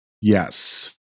Yes